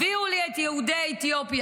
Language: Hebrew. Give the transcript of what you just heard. הביאו לי את יהודי אתיופיה.